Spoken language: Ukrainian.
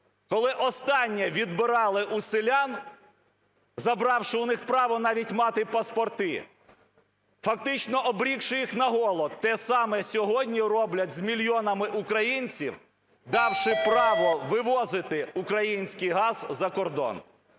коли останнє відбирали у селян, забравши у них право навіть мати паспорти, фактично обрікши їх на голод? Те саме сьогодні роблять з мільйонами українців, давши право вивозити український газ за кордон.